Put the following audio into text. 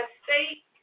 state